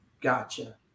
Gotcha